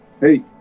Hey